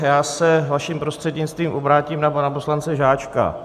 Já se, vaším prostřednictvím, obrátím na pana poslance Žáčka.